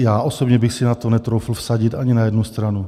Já osobně bych si netroufl vsadit ani na jednu stranu.